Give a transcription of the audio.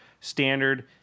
standard